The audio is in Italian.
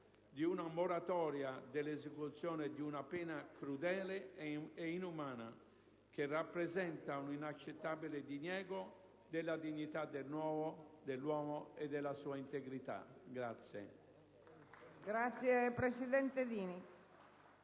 di una moratoria dell'esecuzione di una pena crudele e inumana, che rappresenta un inaccettabile diniego della dignità dell'uomo e della sua integrità.